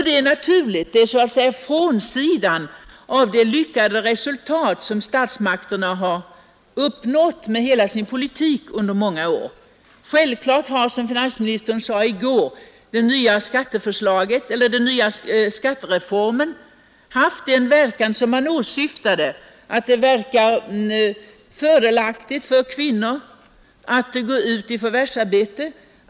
Det är naturligt; det är så att säga frånsidan av det lyckade resultat, som statsmakterna har uppnått med hela sin politik under många år. Självfallet har, som finansministern sade i går, den nya skattereformen haft den verkan, som man åsyftade: det är skattemässigt fördelaktigt för kvinnor att gå ut i förvärvsarbetet.